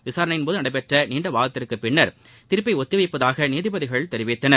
விசாரணையின்போது நடைபெற்ற நீண்ட வாதத்திற்குப் பின்னர் தீர்ப்பை ஒத்திவைப்பதாக நீதிபதிகள் தெரிவித்தனர்